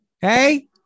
Hey